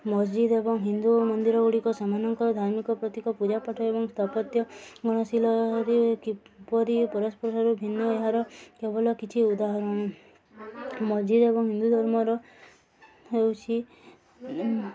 ମସଜିଦ ଏବଂ ହିନ୍ଦୁ ମନ୍ଦିର ଗୁଡ଼ିକ ସେମାନଙ୍କର ଧାର୍ମିକ ପ୍ରତୀକ ପୂଜା ପାଠ ଏବଂ ସ୍ଥାପତ୍ୟ ଗଣଶୀଳରେ କିପରି ପରସ୍ପର୍ରୁ ଭିନ୍ନ ଏହାର କେବଳ କିଛି ଉଦାହରଣ ମସଜଜିଦ ଏବଂ ହିନ୍ଦୁ ଧର୍ମର ହେଉଛି